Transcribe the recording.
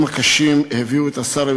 היושב-ראש,